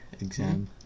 exam